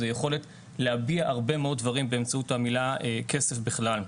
זה יכולת להביע הרבה מאוד דברים באמצעות המילה כסף בכלל.